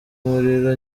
muriro